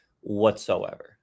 whatsoever